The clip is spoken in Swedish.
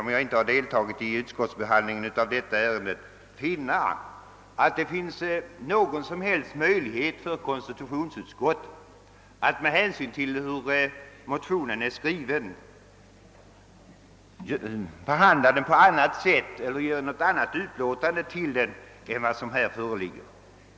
Jag har inte deltagit i utskottsbehandlingen av detta ärende, men jag kan inte finna att det med hänsyn till motionens utformning fanns någon som helst möjlighet för konstitutionsutskottet att behandla motionen på annat sätt än som nu skett.